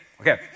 Okay